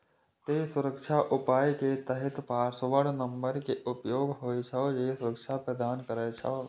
तें सुरक्षा उपाय के तहत पासवर्ड नंबर के उपयोग होइ छै, जे सुरक्षा प्रदान करै छै